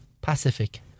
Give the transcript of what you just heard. Pacific